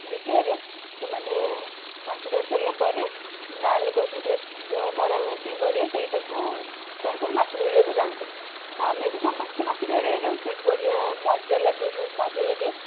ଦ୍ୱିତୀୟରେ ସେମାନେ ମାଛ ଧରିସାରିଲା ପରେ ଗାଁ ଲୋକ ଯେଉଁ ଦେଶ ମାରା ହୁଏ ସେ ଗଡ଼ିଆ ସେଇଟାକୁ ସେମାନେ ସବୁ ମାଛ ଧରିବାକୁ ଯାଆନ୍ତି ତ ଆମେ ବି ସମସ୍ତେ ମାଛ ଧରିବାକୁ ଯାଉ ସେଇଠି ବଢ଼ିଆ ମଜା ଲାଗେ ବହୁତ ମଜା ଲାଗେ ଆଉ